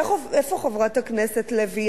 איפה חברת הכנסת לוי?